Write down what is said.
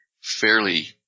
fairly